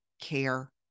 care